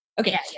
Okay